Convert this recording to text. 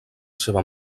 seva